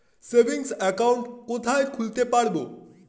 Savings account কোথায় খুলতে পারব?